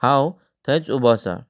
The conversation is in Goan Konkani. हांव थंयच उबो आसा